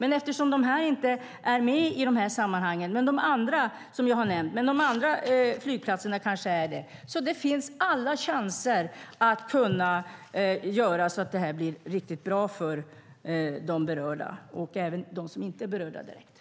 Eftersom de som jag har nämnt inte är med i de här sammanhangen men de andra flygplatserna kanske är det, finns alla chanser att göra så att det här blir riktigt bra för de berörda och även för dem som inte är direkt berörda.